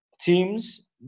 teams